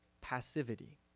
passivity